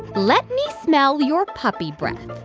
let me smell your puppy breath.